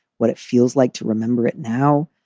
what it feels like to remember it. now,